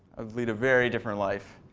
lead a very different life.